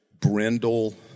brindle